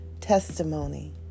testimony